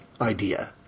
idea